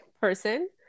person